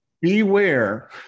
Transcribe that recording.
Beware